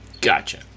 gotcha